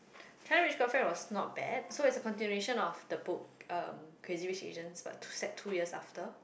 China-Rich-Girlfriend was not bad so it's the continuation of the book um Crazy-Rich-Asians about two set two years after